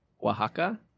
Oaxaca